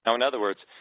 so in other words,